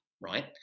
right